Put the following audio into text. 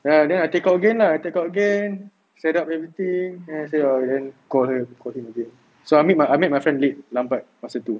ya then I take again lah take out again set up everything and I say oh then call her call him again so I met I met my friend late lambat pasal tu